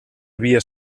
havia